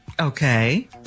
Okay